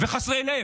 וחסרי לב,